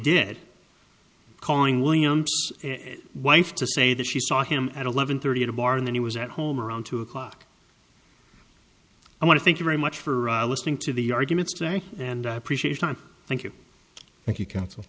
did calling william's wife to say that she saw him at eleven thirty at a bar and then he was at home around two o'clock i want to thank you very much for listening to the arguments and i appreciate time thank you thank you counsel